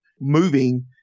moving